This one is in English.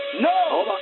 no